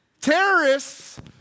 Terrorists